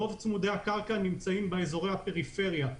רוב צמודי הקרקע נמצאים באזורי הפריפריה.